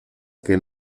que